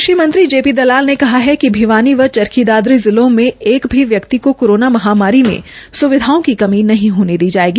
कृषि मंत्री J P Dalal ने कहा है कि भिवानी व चरखी दादरी जिलो में एक भी व्यकित को कोरोना महामारी में स्विधाओं की कमी नहीं होने दी जायेगी